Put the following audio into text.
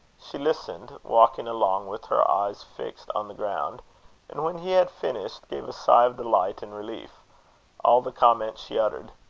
she listened, walking along with her eyes fixed on the ground and when he had finished, gave a sigh of delight and relief all the comment she uttered.